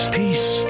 peace